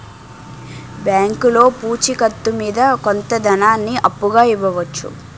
బ్యాంకులో పూచి కత్తు మీద కొంత ధనాన్ని అప్పుగా ఇవ్వవచ్చు